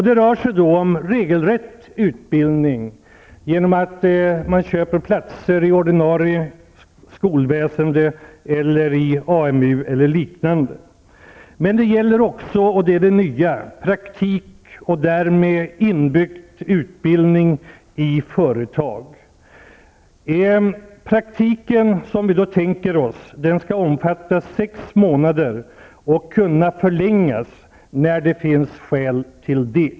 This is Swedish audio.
Det rör sig då om regelrätt utbildning genom att man köper platser i ordinarie skolväsende, i AMU eller liknande. Men det gäller också -- och det är det nya -- praktik och därmed inbyggd utbildning i företag. Den praktik vi tänker oss skall omfatta sex månader och kunna förlängas när det finns skäl.